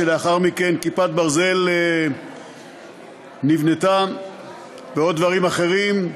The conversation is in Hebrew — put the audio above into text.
שלאחר מכן "כיפת ברזל" נבנתה ועוד דברים אחרים,